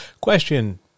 Question